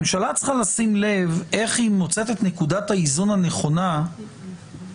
הממשלה צריכה לשים לב איך היא מוצאת את נקודת האיזון הנכונה שבדיוק